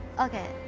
Okay